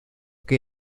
que